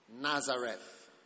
Nazareth